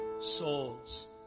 souls